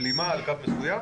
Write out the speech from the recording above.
בלימה על קו מסוים.